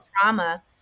trauma